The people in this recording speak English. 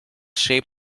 shaped